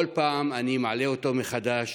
כל פעם אני מעלה אותו מחדש: